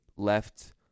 left